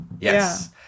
yes